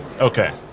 Okay